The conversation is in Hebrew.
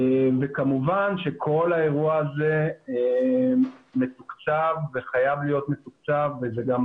כמובן שכל האירוע הזה מתוקצב וחייב להיות מתוקצב וזה גם